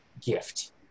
gift